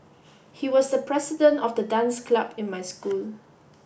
he was the president of the dance club in my school